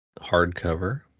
hardcover